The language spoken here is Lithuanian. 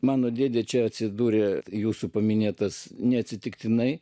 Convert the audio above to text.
mano dėdė čia atsidūrė jūsų paminėtas neatsitiktinai